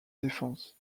défense